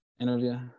interview